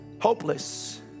Hopeless